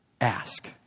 Ask